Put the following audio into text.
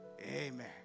Amen